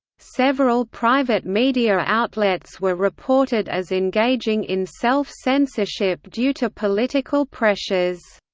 several private media outlets were reported as engaging in self-censorship due to political pressures.